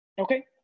okay